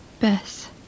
Bess